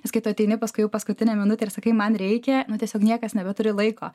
nes kai tu ateini paskui jau paskutinę minutę ir sakai man reikia tiesiog niekas nebeturi laiko